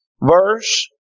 Verse